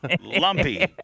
Lumpy